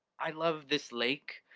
i love this lake,